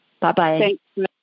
Bye-bye